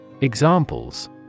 examples